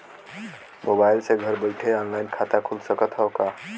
Mobile से घर बैठे ऑनलाइन खाता खुल सकत हव का?